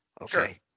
Okay